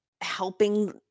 helping